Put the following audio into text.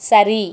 சரி